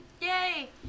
yay